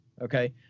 okay